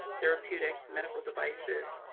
therapeutics, medical devices,